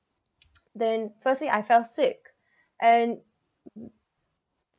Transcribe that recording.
then firstly I fell sick and